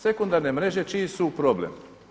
Sekundarne mreže čiji su problem?